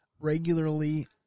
regularly